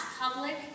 public